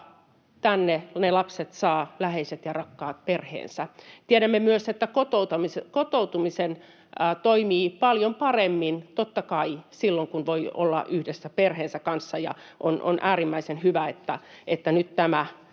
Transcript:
ne lapset saavat läheiset ja rakkaat perheensä. Tiedämme myös, että kotoutuminen toimii paljon paremmin, totta kai, silloin kun voi olla yhdessä perheensä kanssa, ja on äärimmäisen hyvä, että nyt tämä